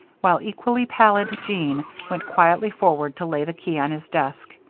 while equally pallid jean went quietly forward to lay the key on his desk.